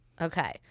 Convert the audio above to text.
Okay